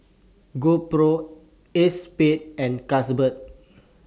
GoPro ACEXSPADE and Carlsberg